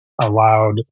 allowed